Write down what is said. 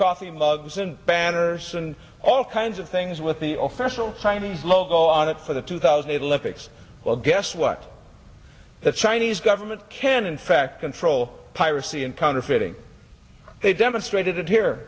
coffee mugs and banners and all kinds of things with the oficial chinese logo on it for the two thousand electrics well guess what the chinese government can in fact control piracy in counterfeiting they demonstrated it here